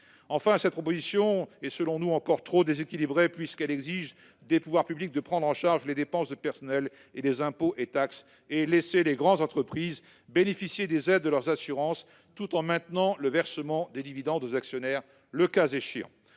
Enfin, cette proposition est, selon nous, encore trop déséquilibrée, puisqu'elle exige des pouvoirs publics de prendre en charge les dépenses de personnel, les impôts et les taxes tout en laissant les grandes entreprises bénéficier des aides de leurs assurances et maintenir le cas échéant le versement des dividendes aux actionnaires. Compte tenu